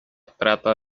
trata